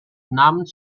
namens